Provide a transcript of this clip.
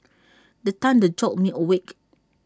the thunder jolt me awake